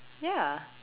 ya